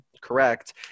correct